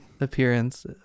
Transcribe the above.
appearance